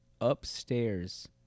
upstairs